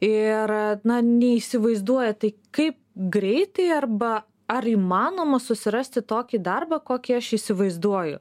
ir na neįsivaizduoja tai kaip greitai arba ar įmanoma susirasti tokį darbą kokį aš įsivaizduoju